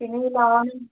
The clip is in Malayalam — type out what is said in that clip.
പിന്നെ ഈ ലോണ്